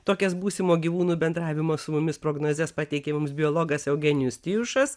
tokias būsimo gyvūnų bendravimo su mumis prognozes pateikė mums biologas eugenijus tijušas